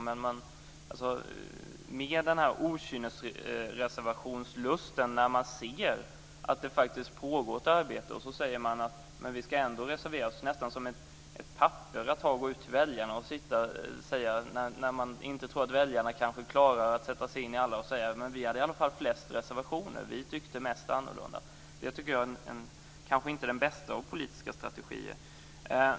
Men den här okynnesreservationslusten, när man ser att det pågår ett arbete och säger att man ändå ska reservera sig, är nästan som ett papper att gå ut till väljarna med när man tror att väljarna kanske inte klarar att sätta sig in i allt. Då kan man säga: Men vi hade i alla fall flest reservationer. Vi tyckte mest annorlunda. Det tycker jag kanske inte är den bästa av politiska strategier.